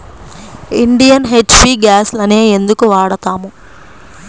Indian, HP గ్యాస్లనే ఎందుకు వాడతాము?